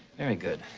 very good.